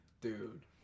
dude